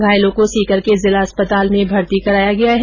घायलों को सीकर के जिला अस्पताल में भर्ती कराया गया है